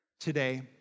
today